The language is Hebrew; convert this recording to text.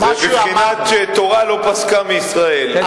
זה בבחינת תורה לא פסקה מישראל.